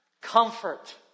comfort